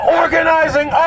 organizing